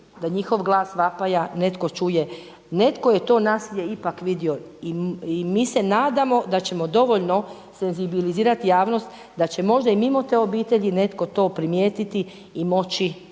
da njihov glas vapaja netko čuje. Netko je to nasilje ipak vidio i mi se nadamo da ćemo dovoljno senzibilizirati javnost da će možda i mimo te obitelji netko to primijetiti i moći prijaviti.